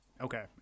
Okay